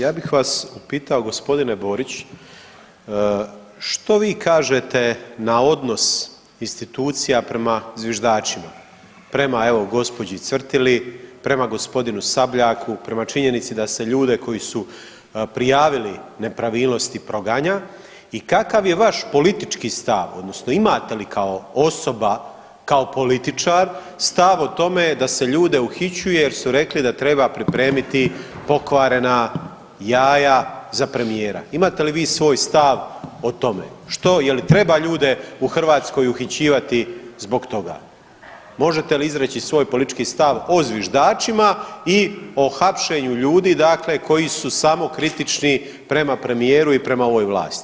Ja bih vas upitao g. Borić što vi kažete na odnos institucija prema zviždačima, prema evo gđi. Cvrtili, prema g. Sabljaku, prema činjenici da se ljude koji su prijavili nepravilnosti proganja i kakav je vaš politički stav odnosno imate li kao osoba, kao političar stav o tome da se ljude uhićuje jer su rekli da treba pripremiti pokvarena jaja za premijera, imate li vi svoj stav o tome, što, je li treba ljude u Hrvatskoj uhićivati zbog toga, možete li izreći svoj politički stav o zviždačima i o hapšenju ljudi, dakle koji su samokritični prema premijeru i prema ovoj vlasti?